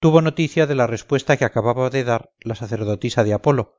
tuvo noticia de la respuesta que acababa de dar la sacerdotisa de apolo